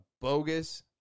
bogus